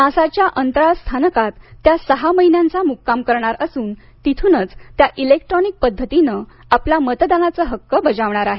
नासाच्या अंतराळ स्थानकात त्या सहा महिन्याचा मुक्काम करणार असून तेथूनच त्या इलेक्ट्रॉनिक पद्धतीन आपला मतदानाचा हक्क बजावणार आहेत